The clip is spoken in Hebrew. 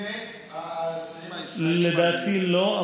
לפני האסירים הישראלים, לדעתי, לא.